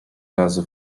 razu